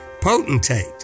potentate